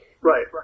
right